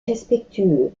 respectueux